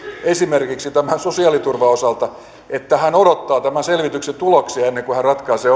esimerkiksi tämän sosiaaliturvan osalta että hän odottaa tämän selvityksen tuloksia ennen kuin hän ratkaisee